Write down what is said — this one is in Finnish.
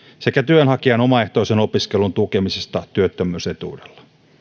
sekä työnhakijan omaehtoisen opiskelun tukemisesta työttömyysetuudella